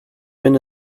been